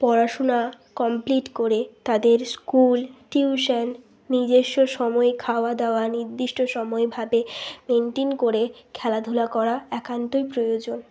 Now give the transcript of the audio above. পড়াশুনা কমপ্লিট করে তাদের স্কুল টিউশন নিজস্ব সময়ে খাওয়া দাওয়া নির্দিষ্ট সময়ভাবে মেন্টিং করে খেলাধুলা করা একান্তই প্রয়োজন